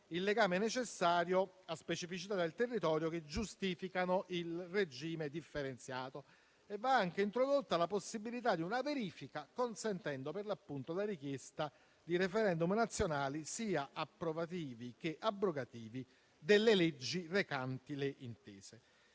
legame con specificità del territorio che giustificano il regime differenziato e va anche introdotta la possibilità di una verifica, consentendo per l'appunto la richiesta di *referendum* nazionali, sia approvativi sia abrogativi, delle leggi recanti le intese.